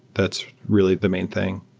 that's really the main thing